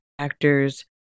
Actors